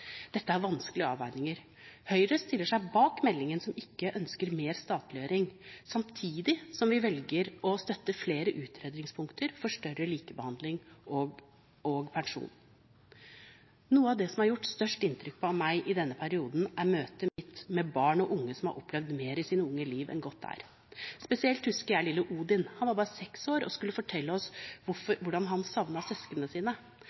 Dette er vanskelige avveininger. Høyre stiller seg bak meldingen, som ikke ønsker mer statliggjøring, samtidig som vi velger å støtte flere utredningspunkter for større likebehandling og pensjon. Noe av det som har gjort størst inntrykk på meg i denne perioden, er møtet mitt med barn og unge som har opplevd mer i sine unge liv enn godt er. Spesielt husker jeg lille Odin. Han var bare seks år og skulle fortelle oss hvordan han savnet søsknene sine.